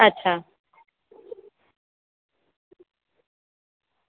અચ્છા